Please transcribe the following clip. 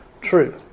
true